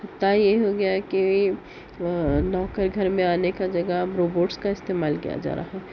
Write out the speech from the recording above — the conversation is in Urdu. حتیٰ یہ ہو گیا ہے کہ نوکر گھر میں آنے کا جگہ اب روبوٹس کا استعمال کیا جا رہا ہے